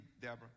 Deborah